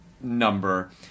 number